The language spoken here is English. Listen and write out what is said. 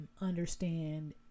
understand